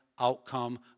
outcome